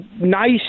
nice